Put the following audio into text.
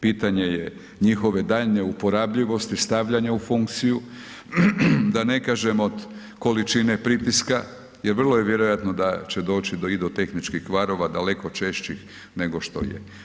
Pitanje je njihove daljnje uporabljivosti, stavljanja u funkciju, da ne kažem od količine pritiska jer vrlo je vjerojatno da će doći i do tehničkih kvarova daleko češćih nego što je.